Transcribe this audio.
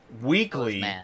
weekly